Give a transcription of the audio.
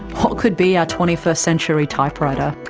what could be our twenty first century typewriter,